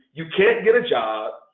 you can't get a job.